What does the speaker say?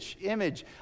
image